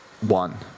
One